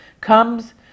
comes